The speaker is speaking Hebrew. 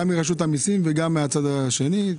גם מרשות המיסים וגם מהצד השני.